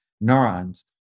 neurons